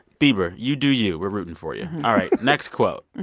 bieber, you do you. we're rooting for you. all right. next quote,